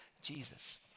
Jesus